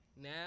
now